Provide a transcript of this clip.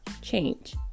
change